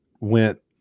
went